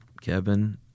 Kevin